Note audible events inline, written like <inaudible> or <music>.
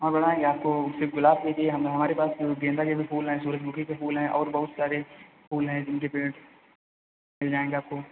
और <unintelligible> आपको सिर्फ गुलाब के ही चाहिए हमें हमारे पास जो गेंदे के भी फूल हैं सूरजमुखी के फूल हैं और बहुत सारे फूल हैं जिनके पेड़ मिल जाएँगे आपको